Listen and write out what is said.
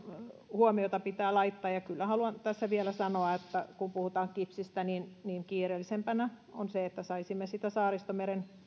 huomiota pitää laittaa kyllä haluan tässä vielä sanoa kun puhutaan kipsistä että kiireellisimpänä on se että saisimme sitä saaristomeren